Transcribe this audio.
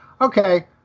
Okay